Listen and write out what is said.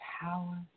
power